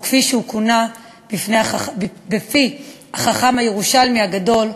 או כפי שהוא כונה בפי החכם הירושלמי הגדול,